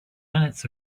minutes